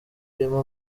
irimo